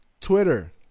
Twitter